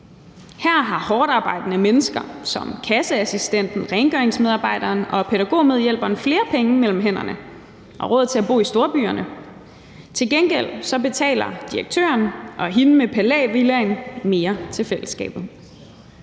Her har hårdtarbejdende mennesker som kasseassistenten, rengøringsmedarbejderen og pædagogmedhjælperen flere penge mellem hænderne og råd til at bo i storbyerne. Til gengæld betaler direktøren og hende med palævillaen mere til fællesskabet.